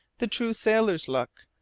the true sailor's look,